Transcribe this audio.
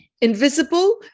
Invisible